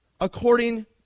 according